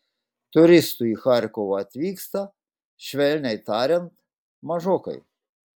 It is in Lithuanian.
turistų į charkovą atvyksta švelniai tariant mažokai